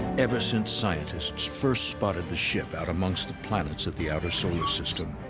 ever since scientists first spotted the ship out amongst the planets of the outer solar system,